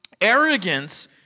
Arrogance